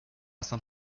saint